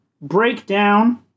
Breakdown